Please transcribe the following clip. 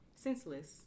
Senseless